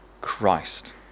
Christ